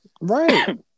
right